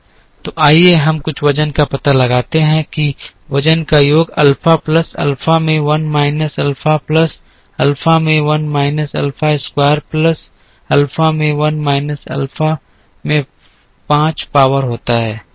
तो आइए हम कुछ वज़न का पता लगाते हैं कि वज़न का योग अल्फा प्लस अल्फ़ा में 1 माइनस अल्फ़ा प्लस अल्फ़ा में 1 minus alpha square plus alpha में 1 माइनस अल्फ़ा में 5 पावर होता है